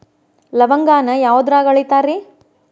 ಲವಂಗಾನ ಯಾವುದ್ರಾಗ ಅಳಿತಾರ್ ರೇ?